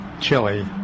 chili